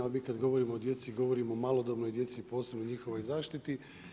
Ali mi kad govorimo o djeci govorimo o malodobnoj djeci posebno njihovoj zaštiti.